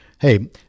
Hey